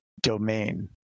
domain